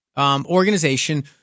organization